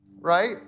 Right